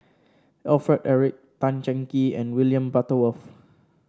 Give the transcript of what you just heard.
Alfred Eric Tan Cheng Kee and William Butterworth